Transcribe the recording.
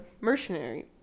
mercenary